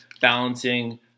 balancing